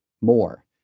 more